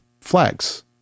flags